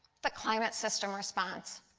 the climate system response.